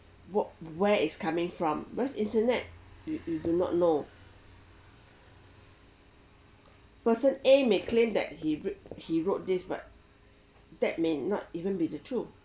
what where it's coming from where as internet you you do not know person a may claim that he he wrote this but that may not even be the truth